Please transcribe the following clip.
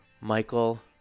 Michael